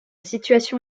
situation